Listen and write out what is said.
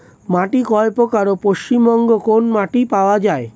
মাটি কয় প্রকার ও পশ্চিমবঙ্গ কোন মাটি পাওয়া য়ায়?